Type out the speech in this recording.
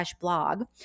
blog